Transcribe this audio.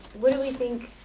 what do we think?